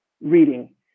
reading